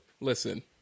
Listen